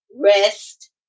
rest